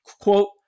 quote